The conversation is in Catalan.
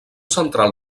central